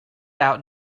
out